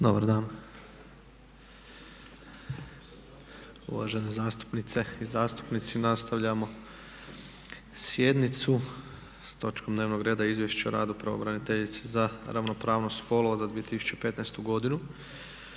Dobar dan! Uvažene zastupnice i zastupnici nastavljamo sjednicu s točkom dnevnog reda - Izvješće o radu pravobraniteljice za ravnopravnost spolova za 2015. godinu;